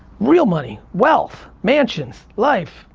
real money, wealth, mansions, life,